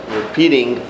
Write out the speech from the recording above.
repeating